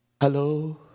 Hello